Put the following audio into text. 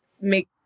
make